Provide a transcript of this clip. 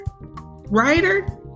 writer